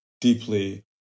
deeply